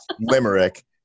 limerick